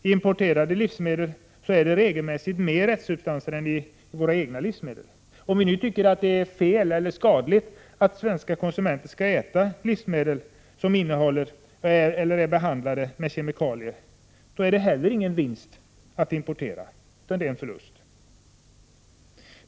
I importerade livsmedel är det regelmässigt mer restsubstanser än i våra egna livsmedel. Om vi nu tycker att det är fel eller skadligt att svenska konsumenter skall äta livsmedel som innehåller eller behandlats med kemikalier, är det inte heller någon vinst med att importera, utan det är en förlust.